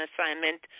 assignment